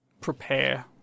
prepare